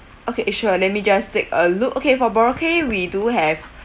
okay sure let me just take a look okay for boracay we do have